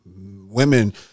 women